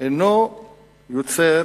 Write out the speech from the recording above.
אינו יוצר